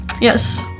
Yes